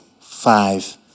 five